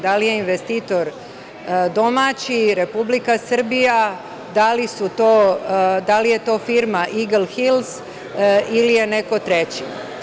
Da li je investitor domaći, Republika Srbija, da li je to firma „Igalhils“ ili je neko treći?